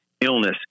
illness